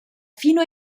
fino